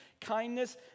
kindness